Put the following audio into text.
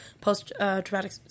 post-traumatic